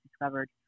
discovered